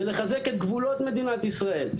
זה לחזק את גבולות מדינת ישראל.